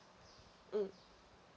mm